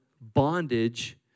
bondage